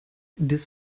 des